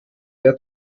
der